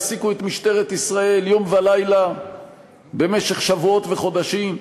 העסיקו את משטרת ישראל יום ולילה במשך שבועות וחודשים.